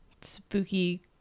spooky